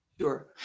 Sure